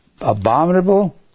abominable